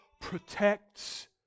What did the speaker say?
protects